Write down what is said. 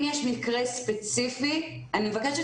שאלה לא ספציפית.